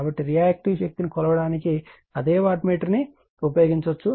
కాబట్టి రియాక్టివ్ శక్తిని కొలవడానికి అదే వాట్మీటర్ను ఉపయోగించవచ్చు